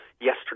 Yesterday